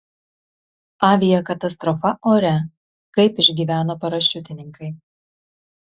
aviakatastrofa ore kaip išgyveno parašiutininkai